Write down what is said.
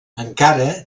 encara